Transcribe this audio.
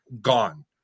gone